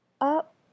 up